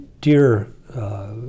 dear